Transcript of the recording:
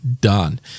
done